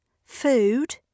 Food